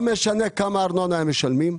לא משנה כמה ארנונה הם משלמים.